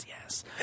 yes